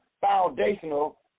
foundational